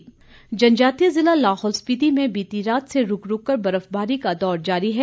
मौसम जनजातीय जिला लाहौल स्पीति में बीती रात से रूक रूककर बर्फबारी का दौर जारी है